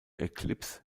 eclipse